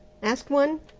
asked one.